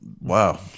Wow